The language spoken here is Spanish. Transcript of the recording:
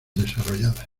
desarrolladas